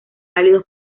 válidos